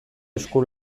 esku